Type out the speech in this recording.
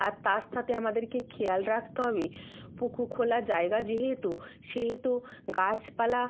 আর তার সাথে আমাদেরকে খেয়াল রাখতে হবে পুকুর খোলা জায়গা যেহেতু সেহেতু গাছপালা